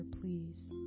please